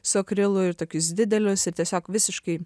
su akrilu ir tokius didelius ir tiesiog visiškai